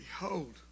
Behold